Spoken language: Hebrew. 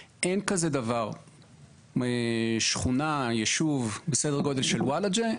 אין כזה דבר שכונה או יישוב בסדר גודל של וולאג'ה,